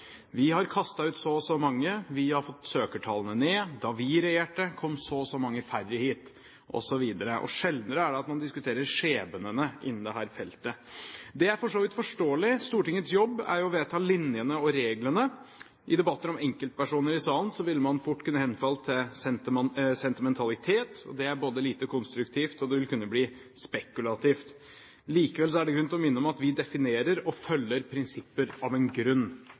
Vi har kastet ut så og så mange. Vi har fått søkertallene ned. Da vi regjerte, kom så og så mange færre hit, osv. Sjeldnere er det at man diskuterer skjebnene innen dette feltet. Det er for så vidt forståelig. Stortingets jobb er jo å vedta linjene og reglene. I debatter om enkeltpersoner i salen ville man fort kunne henfalt til sentimentalitet. Det er både lite konstruktivt, og det ville kunne bli spekulativt. Likevel er det grunn til å minne om at vi definerer og følger prinsipper av en grunn.